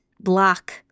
block